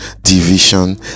division